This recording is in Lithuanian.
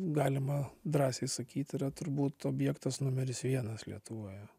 galima drąsiai sakyt yra turbūt objektas numeris vienas lietuvoje